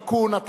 (תיקון),